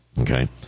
okay